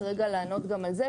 אני אשמח לענות רגע גם על זה,